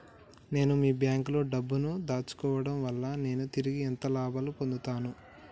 నేను మీ బ్యాంకులో డబ్బు ను దాచుకోవటం వల్ల నేను తిరిగి ఎంత లాభాలు పొందుతాను?